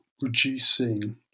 reducing